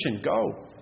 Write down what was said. Go